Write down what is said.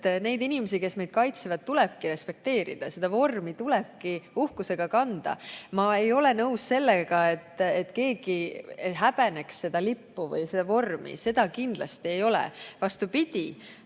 et neid inimesi, kes meid kaitsevad, tuleb respekteerida, seda vormi tuleb uhkusega kanda. Ma ei oleks nõus sellega, kui keegi häbeneks seda lippu või seda vormi, ja seda kindlasti ei ole, vastupidi,